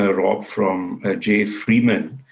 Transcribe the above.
ah rob, from jay freeman.